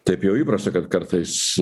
taip jau įprasta kad kartais